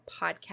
Podcast